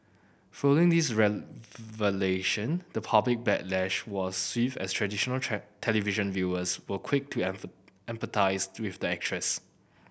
following these revelation the public backlash was swift as traditional television viewers were quick to empathise with the actress